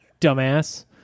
Dumbass